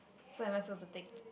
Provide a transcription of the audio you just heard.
so am I supposed to take